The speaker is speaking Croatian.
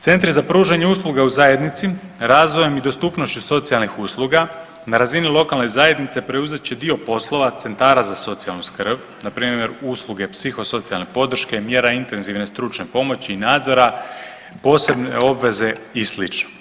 Centri za pružanje usluga u zajednici razvojem i dostupnošću socijalnih usluga na razini lokalne zajednice preuzet će dio poslova centara za socijalnu skrb, npr. usluge psihosocijalne podrške, mjera intenzivne stručne pomoći i nadzora, posebne obveze i slično.